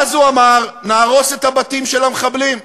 ואז הוא אמר: נהרוס את הבתים של המחבלים.